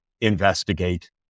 investigate